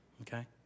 okay